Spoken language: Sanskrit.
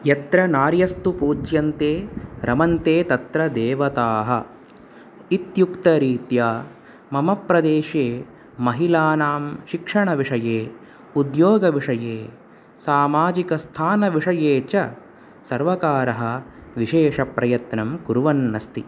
यत्र नार्यस्तु पूज्यन्ते रमन्ते तत्र देवताः इत्युक्तरीत्या मम प्रदेशे महिलानां शिक्षणविषये उद्योगविषये सामाजिकस्थानविषये च सर्वकारः विशेषप्रयत्नं कुर्वन्नस्ति